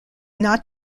not